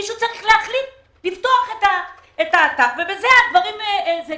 מישהו צריך להחליט לפתוח את האתר ובזה הדברים עוסקים.